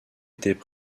étaient